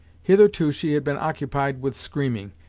hitherto, she had been occupied with screaming,